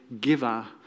giver